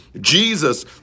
Jesus